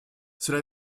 cela